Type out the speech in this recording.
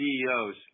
CEOs